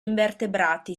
invertebrati